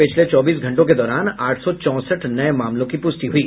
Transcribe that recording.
पिछले चौबीस घंटों के दौरान आठ सौ चौंसठ नये मामलों की पुष्टि हुई